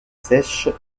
sèche